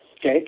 okay